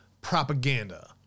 propaganda